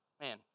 man